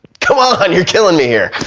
come on. you're killing me here.